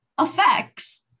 effects